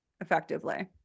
effectively